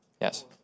Yes